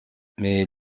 mais